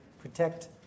protect